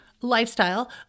lifestyle